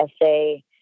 essay